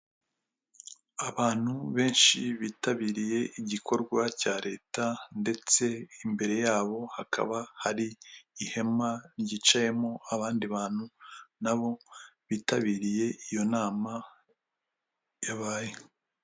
Abantu benshi bitabiriye igikorwa cya leta ndetse imbere yabo hakaba hari ihema ryicayemo abandi bantu nabo bitabiriye iyo nama yabaye.